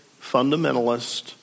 fundamentalist